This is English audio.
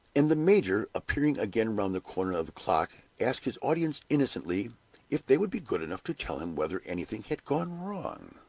and the major, appearing again round the corner of the clock, asked his audience innocently if they would be good enough to tell him whether anything had gone wrong?